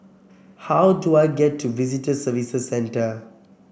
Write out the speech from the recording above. how do I get to Visitor Services Centre